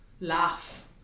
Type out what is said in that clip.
laugh